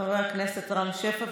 חבר הכנסת רם שפע,